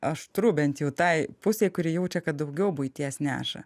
aštru bent jau tai pusei kuri jaučia kad daugiau buities neša